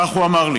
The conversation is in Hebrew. כך הוא אמר לי.